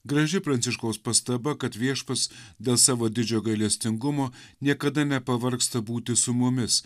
graži pranciškaus pastaba kad viešpats dėl savo didžiojo gailestingumo niekada nepavargsta būti su mumis